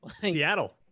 Seattle